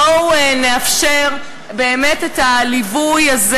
בואו נאפשר באמת את הליווי הזה.